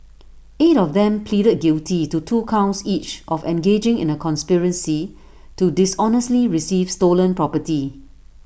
eight of them pleaded guilty to two counts each of engaging in A conspiracy to dishonestly receive stolen property